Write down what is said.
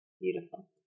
Beautiful